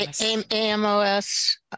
a-m-o-s